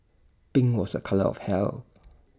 pink was A colour of health